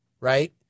right